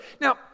Now